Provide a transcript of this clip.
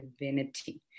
divinity